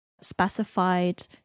specified